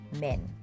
men